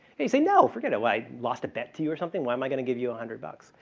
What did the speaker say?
you say, no, forget it. why? i lost a bet to you or something? why am i going to give you a hundred bucks?